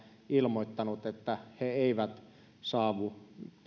ilmoittanut että he eivät saavu